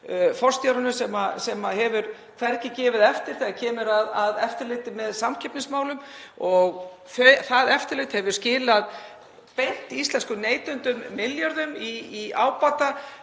forstjóranum sem hefur hvergi gefið eftir þegar kemur að eftirliti með samkeppnismálum og það eftirlit hefur skilað beint íslenskum neytendum milljörðum í ábata,